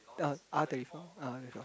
uh R thirty four uh thirty four